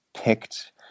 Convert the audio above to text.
picked